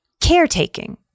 caretaking